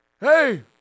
hey